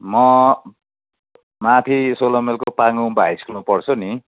म माथि सोह्र माइलको पाङ्लुङको हाई स्कुलमा पढ्छु नि